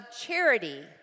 charity